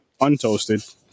untoasted